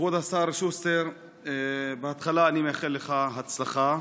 כבוד השר שוסטר, תחילה אני מאחל לך הצלחה.